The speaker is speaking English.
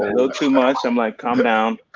a little too much, i'm like calm down,